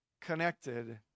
connected